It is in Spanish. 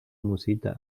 musita